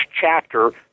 chapter